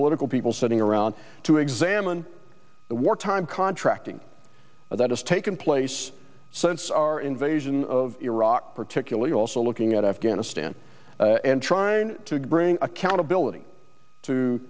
political people sitting around to examine the wartime contracting that has taken place since our invasion of iraq particularly also looking at afghanistan and trying to bring accountability to